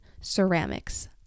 ceramics